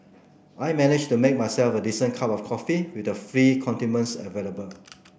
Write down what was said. I managed make myself a decent cup of coffee with the free condiments available